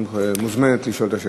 את מוזמנת לשאול את השאלה.